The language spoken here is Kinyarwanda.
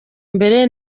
mbere